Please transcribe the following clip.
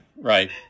right